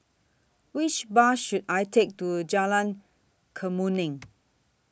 Which Bus should I Take to Jalan Kemuning